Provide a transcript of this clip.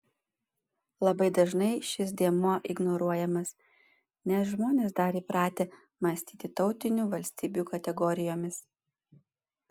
labai dažnai šis dėmuo ignoruojamas nes žmonės dar įpratę mąstyti tautinių valstybių kategorijomis